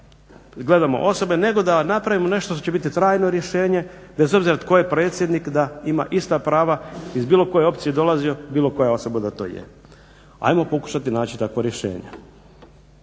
gledamo osobe nego da napravimo nešto što će biti trajno rješenje bez obzira tko je predsjednik da ima ista prava iz bilo koje opcije dolazio bilo koja osoba da to je. Ajmo pokušati naći takvo rješenje.